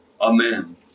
amen